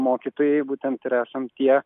mokytojai būtent ir esam tie